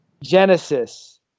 Genesis